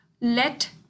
let